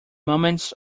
moments